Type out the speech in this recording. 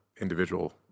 individual